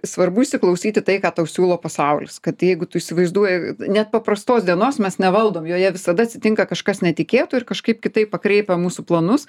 svarbu įsiklausyt į tai ką tau siūlo pasaulis kad jeigu tu įsivaizduoji net paprastos dienos mes nevaldom joje visada atsitinka kažkas netikėto ir kažkaip kitaip pakreipia mūsų planus